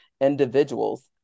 individuals